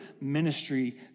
ministry